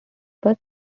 bus